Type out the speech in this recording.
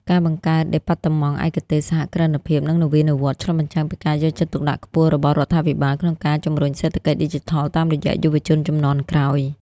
ការបង្កើតដេប៉ាតឺម៉ង់ឯកទេស "សហគ្រិនភាព និងនវានុវត្តន៍" ឆ្លុះបញ្ចាំងពីការយកចិត្តទុកដាក់ខ្ពស់របស់រដ្ឋាភិបាល ក្នុងការជម្រុញសេដ្ឋកិច្ចឌីជីថលតាមរយៈយុវជនជំនាន់ក្រោយ។